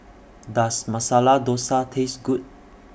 Does Masala Dosa Taste Good